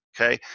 Okay